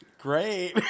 great